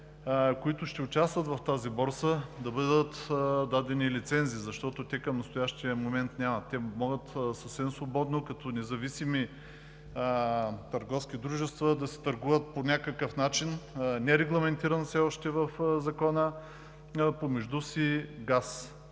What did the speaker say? на участниците в тази борса да бъдат дадени лицензии, защото те към настоящия момент нямат. Те могат съвсем свободно, като независими търговски дружества, да си търгуват по някакъв начин, нерегламентиран все още в закона, помежду си газ,